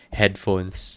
headphones